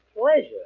pleasure